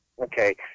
Okay